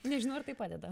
nežinau ar tai padeda